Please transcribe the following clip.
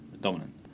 dominant